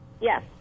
Yes